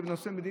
זה בנושא מדיני,